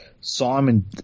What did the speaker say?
Simon